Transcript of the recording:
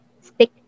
stick